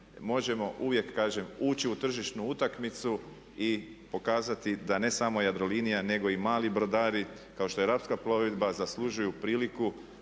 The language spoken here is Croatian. možemo uvijek kažem ući u tržišnu utakmicu i pokazati da ne samo Jadrolinija nego i mali brodari kao što je Rapska plovidba zaslužuju priliku